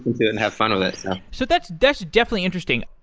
into it and have fun with it. so so that's that's definitely interesting.